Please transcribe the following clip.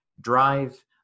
Drive